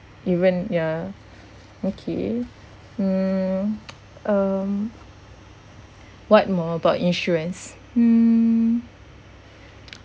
even ya okay mm um what more about insurance mm